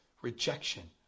rejection